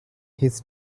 his